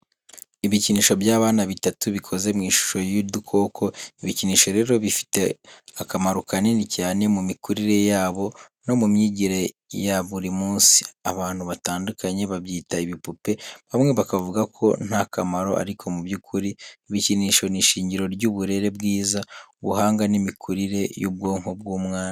Ibikinisho by’abana bitatu, bikoze mu ishusho y’udukoko. Ibikinisho rero bifite akamaro kanini cyane mu mikurire yabo no mu myigire ya buri munsi. Abantu batandukanye babyita ibipupe, bamwe bakavuga ko nta kamaro ariko mu by’ukuri ibikinisho ni ishingiro ry’uburere bwiza, ubuhanga, n’imikurire y’ubwonko bw’umwana.